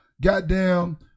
goddamn